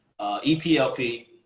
eplp